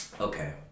okay